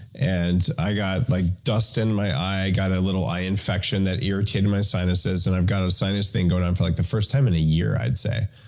and i got like dust in my eye. i got a little eye infection that irritated my sinuses, and i got a sinus thing going on for, like, the first time in a year i'd say.